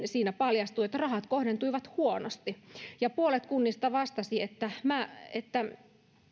siinä paljastui että rahat kohdentuivat huonosti puolet kunnista vastasi että